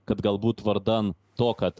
kad galbūt vardan to kad